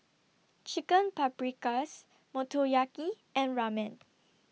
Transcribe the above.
Chicken Paprikas Motoyaki and Ramen